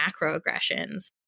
macroaggressions